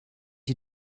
you